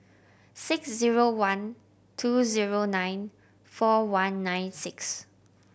six zero one two zero nine four one nine six